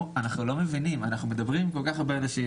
הם אמרו: אנחנו מדברים עם כל כך הרבה אנשים,